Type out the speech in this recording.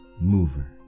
Mover